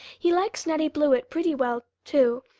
he likes nettie blewett pretty well, too,